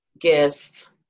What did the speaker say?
guest